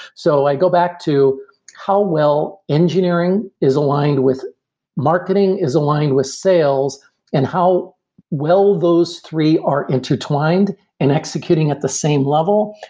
so i go back to how well engineering is aligned with marketing, is aligned with sales and how well those three are intertwined and executing at the same level,